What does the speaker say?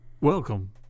Welcome